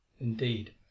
indeed